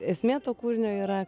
esmė to kūrinio yra